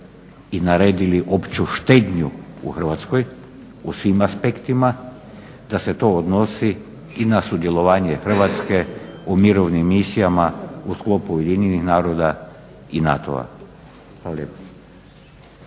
i naredili opću štednju u Hrvatskoj u svim aspektima, da se to odnosi i na sudjelovanje Hrvatske u mirovnim misijama u sklopu UN-a i NATO-a.